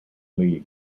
league